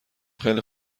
خیلی